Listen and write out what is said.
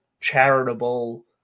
charitable